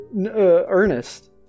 Ernest